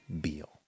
Beal